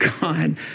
god